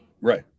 right